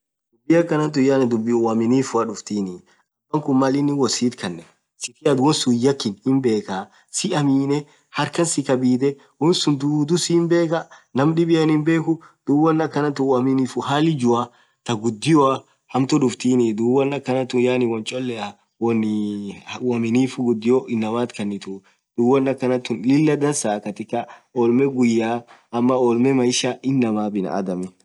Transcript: dhubi akhan thun yaani dhubi uaminifua dhuftini abakhun Mal inin wosith kanethu sithia won sunn hihakhin bekha siamine harkhas si khabidhe won sunn dhudhu sin bekha ñaam dhibiane hinbekhu dhub won akhanathun uaminifuu halli jua thaa ghudio hamtuu dhuftini dhub won akhanathun cholea wonni uaminifuu ghudio inamaath khanithu dhub won akhanathun Lilah dansaa katikat ollmee ghuyya ama ollmee maisha inamaa binaadham